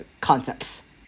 concepts